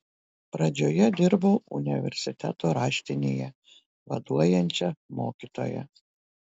pradžioje dirbau universiteto raštinėje vaduojančia mokytoja